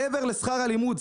מעבר לשכר הלימוד.